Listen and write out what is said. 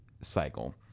cycle